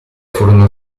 furono